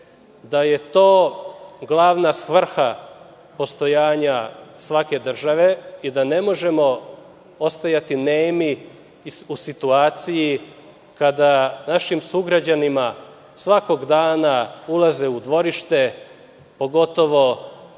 da je to glavna svrha postojanja svake države i da ne možemo ostajati nemi u situaciji kada našim sugrađanima svakog dana ulaze u dvorište, pogotovo,